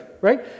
right